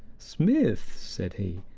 smith, said he,